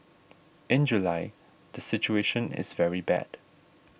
in July the situation is very bad